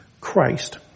Christ